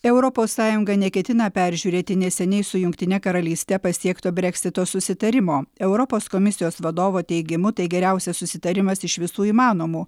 europos sąjunga neketina peržiūrėti neseniai su jungtine karalyste pasiekto breksito susitarimo europos komisijos vadovo teigimu tai geriausias susitarimas iš visų įmanomų